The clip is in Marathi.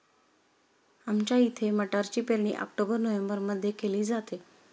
आमच्या इथे मटारची पेरणी ऑक्टोबर नोव्हेंबरमध्ये केली जाते